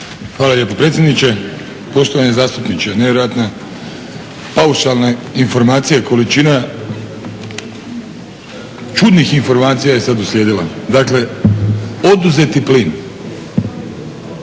**Vrdoljak, Ivan (HNS)** Poštovani zastupniče, nevjerojatne paušalne informacije količina, čudnih informacija je sada uslijedila. Dakle, oduzeti plin,